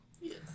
Yes